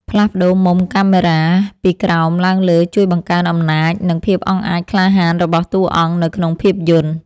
ផ្លាស់ប្តូរមុំកាមេរ៉ាពីក្រោមឡើងលើជួយបង្កើនអំណាច និង ភាពអង់អាចក្លាហានរបស់តួអង្គនៅក្នុងភាពយន្ត។